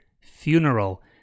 funeral